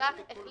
כולל שלך,